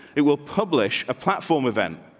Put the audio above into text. it will publish a platform event.